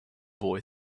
boy